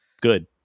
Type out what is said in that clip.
Good